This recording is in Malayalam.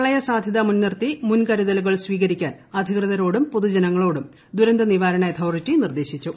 പ്രളയസാധ്യത മുൻനിർത്തി മുൻകരു്തലൂക്ൾ സ്വീകരിക്കാൻ അധികൃതരോടും പൊതുജനങ്ങളോടും ദുരന്ത നിവാരണ അതോറിറ്റി നിർദേശിച്ചു